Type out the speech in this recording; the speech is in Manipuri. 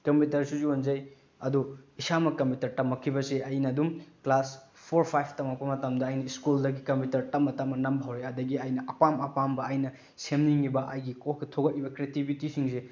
ꯀꯝꯄꯨꯇꯔꯁꯨ ꯌꯣꯟꯖꯩ ꯑꯗꯨ ꯏꯁꯥꯃꯛ ꯀꯝꯄꯨꯇꯔ ꯇꯝꯃꯛꯈꯤꯕꯁꯦ ꯑꯩꯅ ꯑꯗꯨꯝ ꯀ꯭ꯂꯥꯁ ꯐꯣꯔ ꯐꯥꯏꯚ ꯇꯝꯃꯛꯄ ꯃꯇꯝꯗ ꯑꯩꯅ ꯁ꯭ꯀꯨꯜꯗꯒꯤ ꯀꯝꯄꯨꯇꯔ ꯇꯞꯅ ꯇꯞꯅ ꯅꯝꯕ ꯍꯧꯔꯛꯏ ꯑꯗꯨꯗꯒꯤ ꯑꯩꯅ ꯑꯄꯥꯝ ꯑꯄꯥꯝꯕ ꯑꯩꯅ ꯁꯦꯝꯅꯤꯡꯏꯕ ꯑꯩꯒꯤ ꯀꯣꯛꯇ ꯊꯣꯛꯂꯛꯏꯕ ꯀ꯭ꯔꯦꯇꯤꯕꯤꯇꯤꯁꯤꯡꯁꯦ